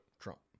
Trump